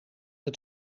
het